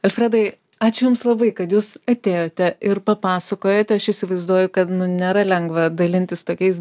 alfredai ačiū jums labai kad jūs atėjote ir papasakojot aš įsivaizduoju kad nu nėra lengva dalintis tokiais